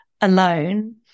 alone